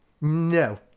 no